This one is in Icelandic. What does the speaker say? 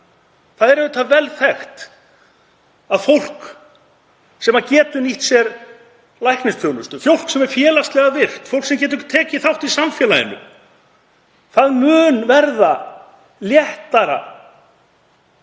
Það er auðvitað vel þekkt að fólk sem getur nýtt sér læknisþjónustu, fólk sem er félagslega virkt, fólk sem getur tekið þátt í samfélaginu, mun verða léttara fyrir